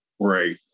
Right